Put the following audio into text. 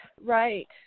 right